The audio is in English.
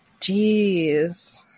Jeez